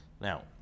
Now